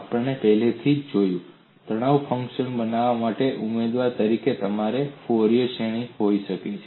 આપણે પહેલેથી જ જોયું છે તણાવ ફંક્શન્સ બનાવવા માટે ઉમેદવાર તરીકે તમારી પાસે ફોરિયર શ્રેણી હોઈ શકે છે